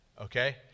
Okay